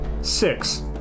six